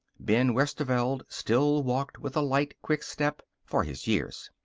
ben westerveld still walked with a light, quick step for his years.